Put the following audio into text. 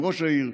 עם ראש העיר,